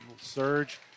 surge